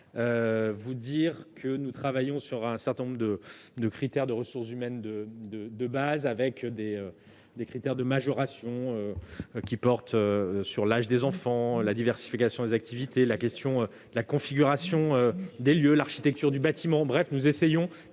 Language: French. France (ADF). Nous travaillons sur un certain nombre de critères de ressources humaines de base, avec des critères de majoration liés à l'âge des enfants, à la diversification des activités, à la configuration des lieux, à l'architecture du bâtiment.